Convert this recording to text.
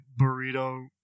Burrito